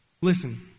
Listen